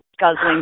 guzzling